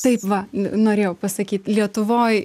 taip va norėjau pasakyt lietuvoj